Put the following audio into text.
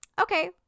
okay